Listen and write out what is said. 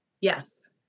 Yes